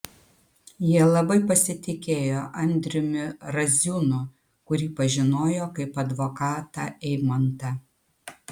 jie labai pasitikėjo andriumi raziūnu kurį pažinojo kaip advokatą eimantą